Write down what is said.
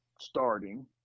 starting